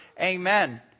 Amen